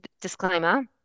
disclaimer